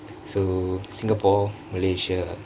so singkapore malaysia